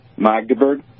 Magdeburg